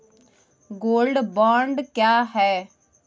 Gold bond क्या है?